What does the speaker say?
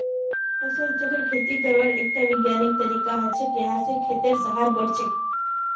फसल चक्र खेती करवार एकटा विज्ञानिक तरीका हछेक यहा स खेतेर सहार बढ़छेक